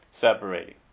separating